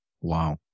Wow